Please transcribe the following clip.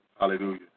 Hallelujah